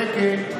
שקט.